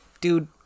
dude